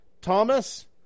Thomas